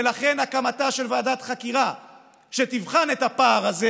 ולכן הקמתה של ועדת חקירה שתבחן את הפער הזה